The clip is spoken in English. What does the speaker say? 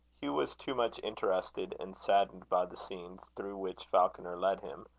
hugh was too much interested and saddened by the scenes through which falconer led him,